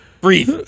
Breathe